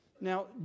Now